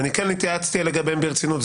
וכן התייעצתי לגביהם ברצינות,